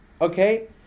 okay